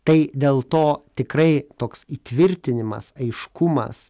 tai dėl to tikrai toks įtvirtinimas aiškumas